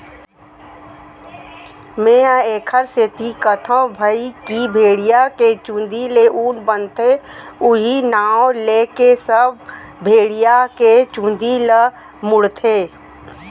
मेंहा एखरे सेती कथौं भई की भेड़िया के चुंदी ले ऊन बनथे उहीं नांव लेके सब भेड़िया के चुंदी ल मुड़थे